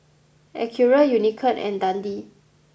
Acura Unicurd and Dundee